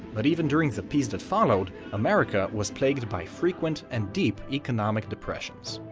but even during the peace that followed america was plagued by frequent and deep economic depressions.